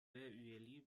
üyeliği